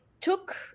took